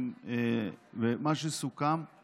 מה שסוכם הוא